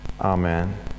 Amen